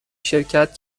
شرکت